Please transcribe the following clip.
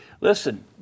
Listen